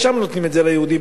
ושם נותנים את זה ליהודים.